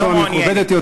בלשון מכובדת יותר.